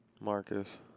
Marcus